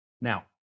Now